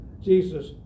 Jesus